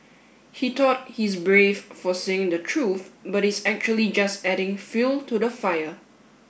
he thought he's brave for saying the truth but he's actually just adding fuel to the fire